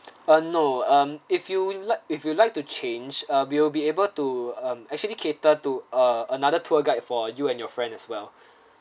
ah no um if you'd like if you'd like to change ah we will be able to um actually cater to ah another tour guide for you and your friend as well